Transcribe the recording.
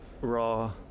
raw